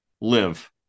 live